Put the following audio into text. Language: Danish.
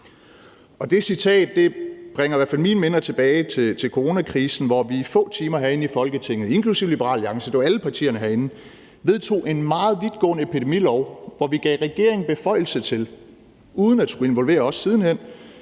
Det citat bringer i hvert fald mine minder tilbage til coronakrisen, hvor vi på få timer herinde i Folketinget, inklusive Liberal Alliance, det var alle partierne herinde, vedtog en meget vidtgående epidemilov, hvor vi gav regeringen beføjelser til uden at skulle involvere os siden hen